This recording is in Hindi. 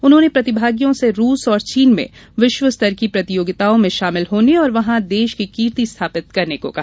उन्होंने प्रतिभागियों से रूस और चीन में विश्वस्तर की प्रतियोगिताओं में शामिल होने और वहां देश की कीर्ति स्थापित करने को कहा